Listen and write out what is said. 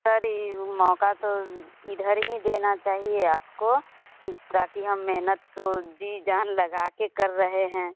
sir यह वो मौक़ा तो इधर ही देना चाहिए आपको ताकि हम मेहनत तो जी जान लगा के कर रहे हैं